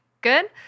Good